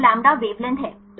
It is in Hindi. तो λ वेवलेंथ है